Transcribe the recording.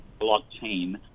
blockchain